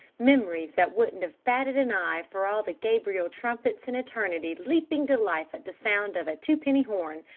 memories that wouldn't have batted an eye for all the gabriel trumpets in eternity leaping to life at the sound of a twopenny horn!